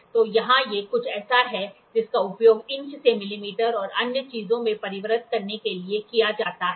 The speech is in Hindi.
तो यहां ये कुछ ऐसा है जिसका उपयोग इंच से मिलीमीटर और अन्य चीजों में परिवर्तित करने के लिए किया जाता है